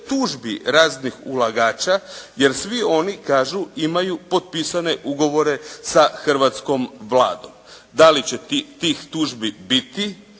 tužbi raznih ulagača jer svi oni kažu imaju potpisane ugovore sa hrvatskom Vladom, da li će tih tužbi biti,